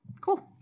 cool